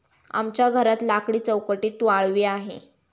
आमच्या घरात लाकडी चौकटीत वाळवी आहे